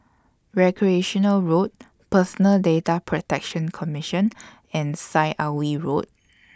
Recreation Road Personal Data Protection Commission and Syed Alwi Road